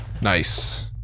Nice